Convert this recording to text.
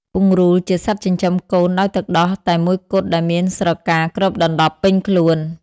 ពង្រូលជាសត្វចិញ្ចឹមកូនដោយទឹកដោះតែមួយគត់ដែលមានស្រកាគ្របដណ្ដប់ពេញខ្លួន។